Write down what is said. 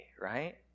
right